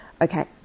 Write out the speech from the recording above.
okay